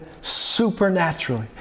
supernaturally